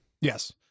yes